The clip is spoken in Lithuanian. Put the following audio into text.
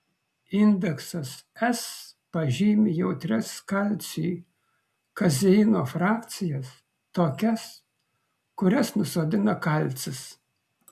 indeksas s pažymi jautrias kalciui kazeino frakcijas tokias kurias nusodina kalcis